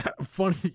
Funny